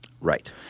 Right